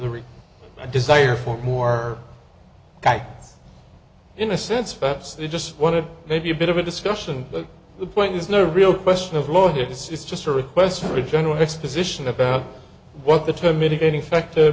a desire for more in a sense facts they just want to maybe a bit of a discussion but the point is no real question of law here this is just a request for a general exposition about what the term mitigating factor